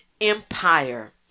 Empire